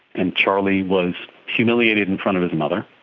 and charlie was humiliated in front of his mother.